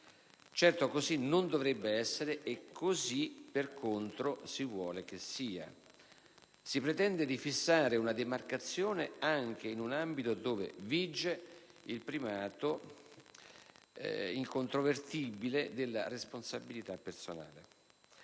Certo, così non dovrebbe essere e così per contro si vuole che sia. Si pretende di fissare una demarcazione anche in un ambito in cui vige il primato incontrovertibile della responsabilità personale.